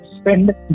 spend